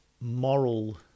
moral